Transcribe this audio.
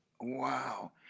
Wow